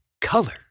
color